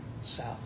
South